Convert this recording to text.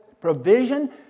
provision